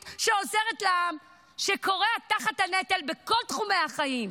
שעוזרת לעם שכורע תחת הנטל בכל חומי החיים.